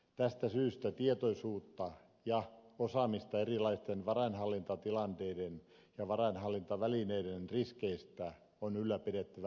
tästä syystä tietoisuutta erilaisten varainhallintatilanteiden ja varainhallintavälineiden riskeistä ja siihen liittyvää osaamista on ylläpidettävä jatkuvasti